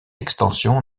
extension